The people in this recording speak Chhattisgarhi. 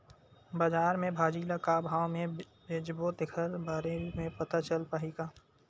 बजार में भाजी ल का भाव से बेचबो तेखर बारे में पता चल पाही का?